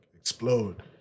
explode